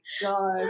God